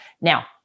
Now